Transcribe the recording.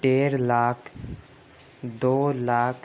ڈیڑھ لاکھ دو لاکھ